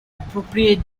appropriate